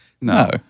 No